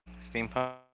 steampunk